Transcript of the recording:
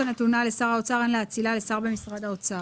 הצבעה הרוויזיה לא נתקבלה הרוויזיה לא התקבלה.